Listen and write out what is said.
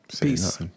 Peace